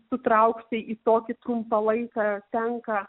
sutraukti į tokį trumpą laiką tenka